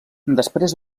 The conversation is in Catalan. després